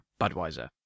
Budweiser